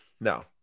no